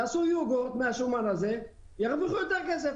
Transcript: יעשו יוגורט מהשומן הזה, ירוויחו יותר כסף.